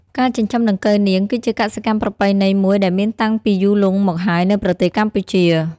ការចិញ្ចឹមដង្កូវនាង គឺជាកសិកម្មប្រពៃណីមួយដែលមានតាំងពីយូរលង់មកហើយនៅប្រទេសកម្ពុជា។